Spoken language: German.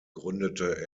gründete